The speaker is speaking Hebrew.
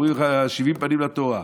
אומרים לך "שבעים פנים לתורה".